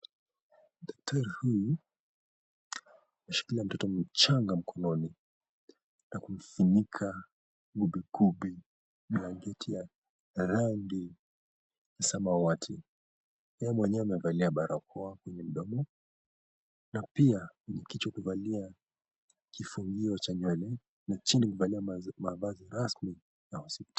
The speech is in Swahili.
Daktari huyu ameshikia mtoto mchanga mkononi na kumfunika gubigubi na blanketi ya rangi ya samawati. Yeye mwenyewe amevalia barakoa kwenye mdomo na pia kichwa amevalia kifunio ha nywele na chini amevalia mavazi rasmi ya hospitali.